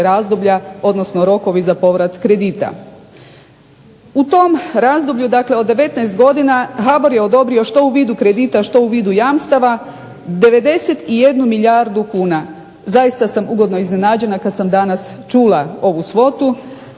razdoblja odnosno rokovi za povrat kredita. U tom razdoblju od 19 godina HBOR je odobrio što u vidu kredite što u vidu jamstava 91 milijardu kuna. Zaista sam ugodno iznenađena kada sam danas čula ovu svotu,